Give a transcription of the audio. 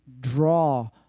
draw